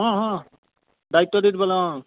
অঁ অঁ দায়িত্ব দি দিবলে অঁ